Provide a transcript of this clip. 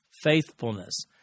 faithfulness